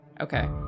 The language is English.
Okay